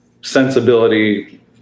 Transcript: sensibility